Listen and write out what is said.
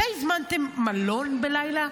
מתי הזמנתם מלון בלילה?